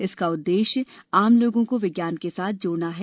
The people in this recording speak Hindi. इसका उद्देश्य आम लोगों को विज्ञान के साथ जोड़ना है